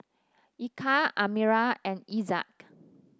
Eka Amirah and Aizat